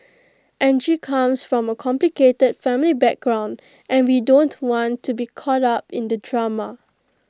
Angie comes from A complicated family background and we don't want to be caught up in the drama